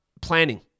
Planning